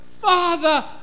Father